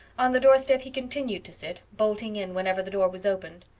on the doorstep he continued to sit, bolting in whenever the door was opened.